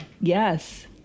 Yes